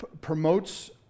promotes